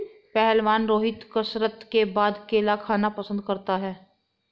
पहलवान रोहित कसरत के बाद केला खाना पसंद करता है